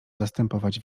zastępować